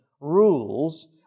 rules